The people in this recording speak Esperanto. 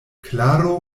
klaro